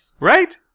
Right